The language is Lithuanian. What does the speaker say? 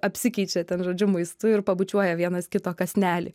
apsikeičia ten žodžiu maistu ir pabučiuoja vienas kito kąsnelį